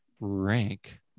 Rank